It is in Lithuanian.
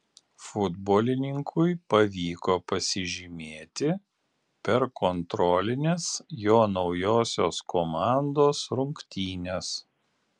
futbolininkui pavyko pasižymėti per kontrolines jo naujosios komandos rungtynes